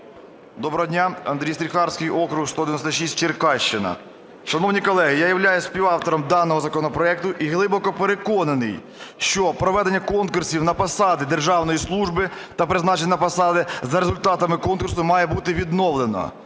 Доброго дня! Андрій Стріхарський, округ 196, Черкащина. Шановні колеги, я являюсь співавтором даного законопроекту і глибоко переконаний, що проведення конкурсів на посади державної служби та призначення на посади за результатами конкурсу має бути відновлено.